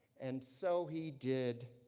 and so he did,